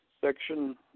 section